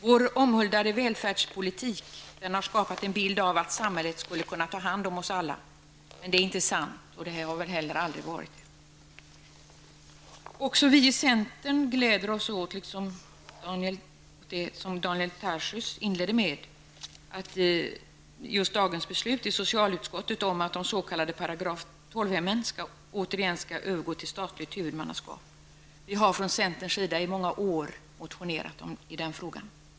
Vår omhuldade välfärdspolitik har skapat en bild av att samhället skulle kunna ta hand om oss alla, men det är inte sant, och det har väl heller aldrig varit sant. Liksom Daniel Tarschys glädjer vi i centern oss åt dagens beslut i socialutskottet att de s.k. § 12 hemmen återigen skall övergå till statligt huvudmannaskap. Vi har från centerns sida i många år motionerat i den frågan.